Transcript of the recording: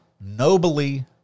Nobly